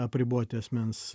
apriboti asmens